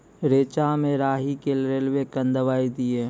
रेचा मे राही के रेलवे कन दवाई दीय?